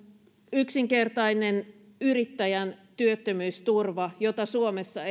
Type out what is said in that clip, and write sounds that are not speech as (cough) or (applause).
yksinkertainen yrittäjän työttömyysturva jota suomessa (unintelligible)